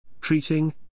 treating